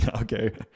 Okay